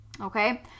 Okay